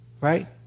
Right